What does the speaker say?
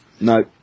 No